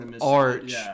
Arch